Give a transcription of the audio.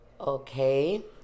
Okay